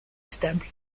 stable